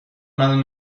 منو